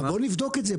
בואו נבדוק את זה,